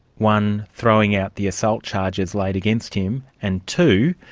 one, throwing out the assault charges laid against him and, two,